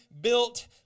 built